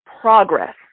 progress